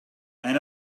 and